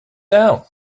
down